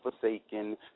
forsaken